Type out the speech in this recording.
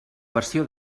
versió